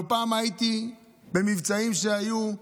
לא פעם הייתי במבצעים שהיו,